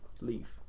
leave